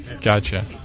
Gotcha